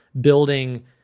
building